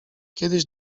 kiedyś